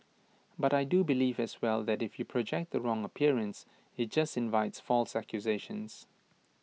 but I do believe as well that if you project the wrong appearance IT just invites false accusations